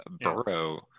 Burrow